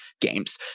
games